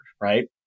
right